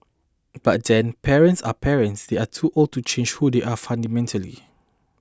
but then parents are parents they are too old to change who they are fundamentally